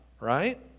right